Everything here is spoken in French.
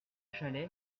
chalais